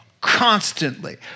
constantly